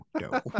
no